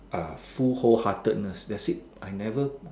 uh full whole heartedness that's it I never